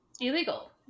illegal